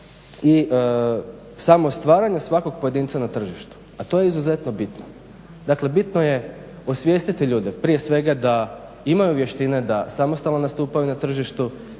i samog stvaranja svakog pojedinca na tržištu. A to je izuzetno bitno. Dakle, bitno je osvijestiti ljude, prije svega da imaju vještine, da samostalno nastupaju na tržištu,